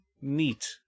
Neat